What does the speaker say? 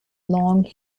long